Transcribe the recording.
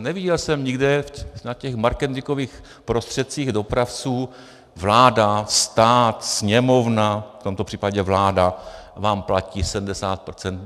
Neviděl jsem nikde na těch marketingových prostředcích dopravců: vláda, stát, Sněmovna, v tomto případě vláda vám platí 70 %.